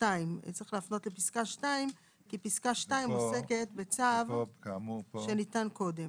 להפנות לפסקה (2) כי פסקה (2) עוסקת בצו שניתן קודם.